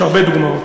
יש הרבה דוגמאות.